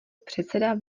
předseda